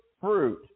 fruit